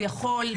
הוא יכול.